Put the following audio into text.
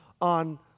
on